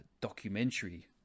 documentary